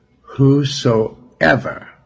whosoever